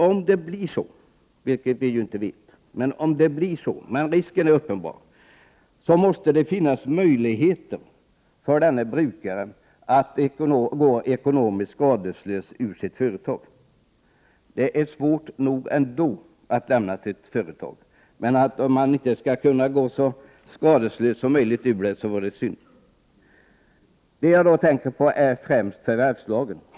Om det blir så — vilket vi inte vet, 13 men risken är uppenbar — måste det finnas möjligheter för denne brukare att gå ekonomiskt skadeslös ur sitt företag. Det är svårt nog ändå att lämna sitt företag. Om man inte kunde gå så skadeslöst som möjligt ur det, vore det synd. Det jag främst tänker på är förvärvslagen.